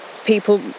people